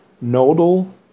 nodal